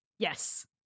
Yes